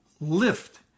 lift